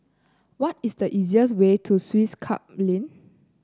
what is the easiest way to Swiss Club Lane